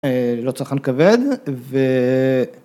לא צרכן כבד.